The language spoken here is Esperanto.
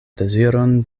deziron